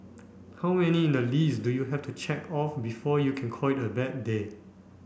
how many in the list do you have to check off before you can call it a bad day